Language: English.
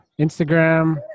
Instagram